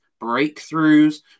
breakthroughs